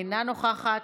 אינה נוכחת,